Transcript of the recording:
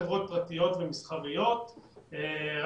לחברות המפעילות או למשרד התחבורה